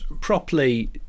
properly